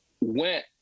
went